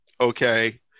okay